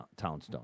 Townstone